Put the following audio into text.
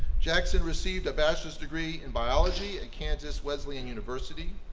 jackson received a bachelor's degree in biology at kansas wesleyan university.